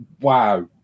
wow